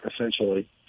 essentially